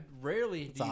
rarely